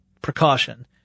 precaution